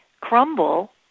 crumble